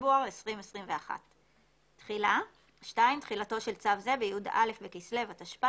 בפברואר 2020)". תחילה תחילתו של צו זה ב-י"א בכסלו התשפ"א